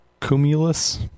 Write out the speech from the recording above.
Cumulus